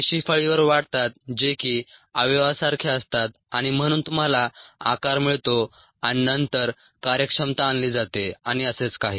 पेशी फळीवर वाढतात जे की अवयवासारखे असतात आणि म्हणून तुम्हाला आकार मिळतो आणि नंतर कार्यक्षमता आणली जाते आणि असेच काही